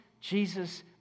Jesus